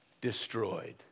destroyed